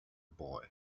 boy